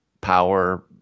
power